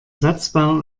satzbau